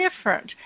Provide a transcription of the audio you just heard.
different